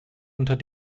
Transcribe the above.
unter